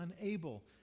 unable